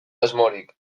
asmorik